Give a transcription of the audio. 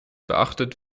beachtet